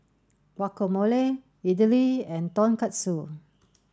Guacamole Idili and Tonkatsu